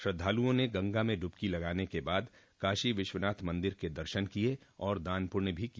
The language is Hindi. श्रद्वालुओं ने गंगा में डुबकी लगाने के बाद काशी विश्वनाथ मंदिर के दर्शन किये और दान पुण्य भी किया